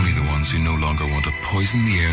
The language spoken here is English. the ones who no longer want to poison the air